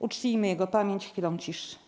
Uczcijmy jego pamięć chwilą ciszy.